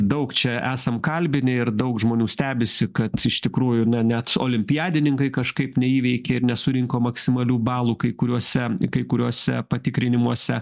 daug čia esam kalbinę ir daug žmonių stebisi kad iš tikrųjų na net olimpiadininkai kažkaip neįveikė ir nesurinko maksimalių balų kai kuriuose kai kuriuose patikrinimuose